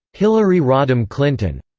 hillary rodham clinton.